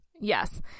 Yes